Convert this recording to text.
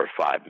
five